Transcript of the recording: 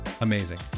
Amazing